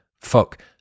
fuck